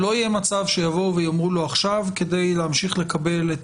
שלא יהיה מצב שיבואו ויאמרו לו שעכשיו כדי להמשיך לקבל את